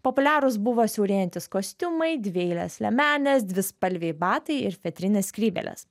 populiarūs buvo siaurėjantys kostiumai dvieilės liemenės dvispalviai batai ir fetrinės skrybėlės